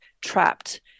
trapped